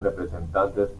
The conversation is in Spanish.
representantes